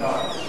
ועדת חוקה,